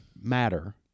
matter